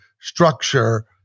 structure